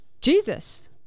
Jesus